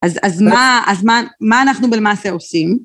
אז מה אנחנו למעשה עושים?